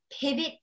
pivot